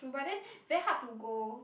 but then very hard to go